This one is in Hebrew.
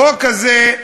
החוק הזה,